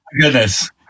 goodness